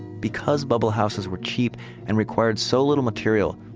because bubble houses were cheap and required so little material,